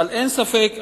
אבל אין ספק,